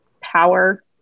power